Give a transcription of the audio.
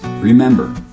Remember